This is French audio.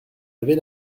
avez